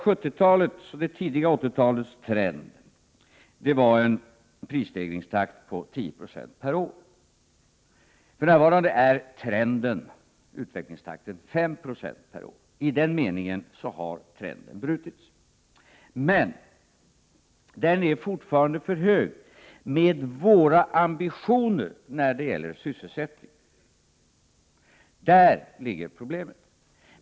70-talets och det tidiga 80-talets utveckling var en prisstegringstakt med 10 26 per år. För närvarande är trenden att prisstegringstakten gått ned till 5 90 per år. I den meningen har det blivit ett trendbrott. Men prisstegringstakten är fortfarande för hög med våra ambitioner när det gäller sysselsättningen. Det är där problemet ligger.